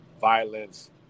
violence